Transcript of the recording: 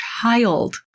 child